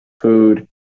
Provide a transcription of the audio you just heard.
food